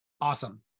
Awesome